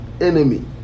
enemy